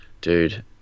dude